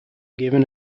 given